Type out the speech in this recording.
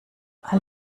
all